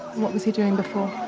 what was he doing before?